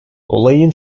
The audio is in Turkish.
olayın